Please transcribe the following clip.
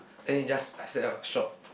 then he just accept ah shock